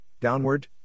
downward